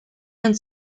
and